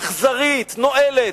אכזרית, נואלת,